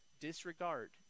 disregard